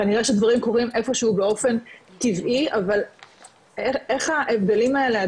כנראה שדברים קורים איפשהו באופן טבעי אבל איך ההבדלים האלה,